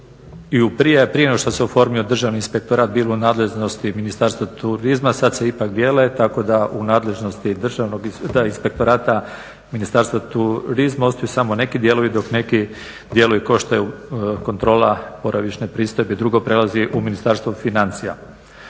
prije nego što se oformio državni inspektorat bilo u nadležnosti Ministarstva turizma, sada se ipak dijele tako da u nadležnosti državnog, inspektorata Ministarstva turizma uspiju samo neki dijelovi dok neki dijelovi koštaju kontrola boravišne pristojbe i drugo prelazi u Ministarstvo financija.